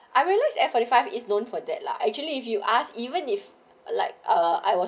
I realise eh forty five is known for that lah actually if you ask even if like uh I was